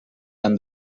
and